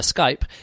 Skype